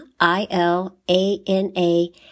I-L-A-N-A